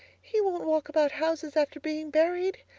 he won't walk about houses after being buried,